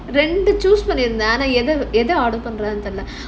ரெண்டு:rendu choose பண்ணிருந்தேன் ஆனா எத:pannirunthaen aanaa edha lah